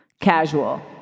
Casual